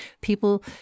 people